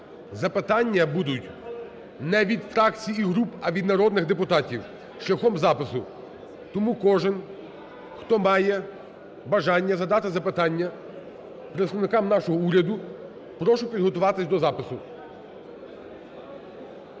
запитання будуть не від фракцій і груп, а від народних депутатів шляхом запису. Тому кожен, хто має бажання задати запитання представникам нашого уряду, прошу підготуватися до запису.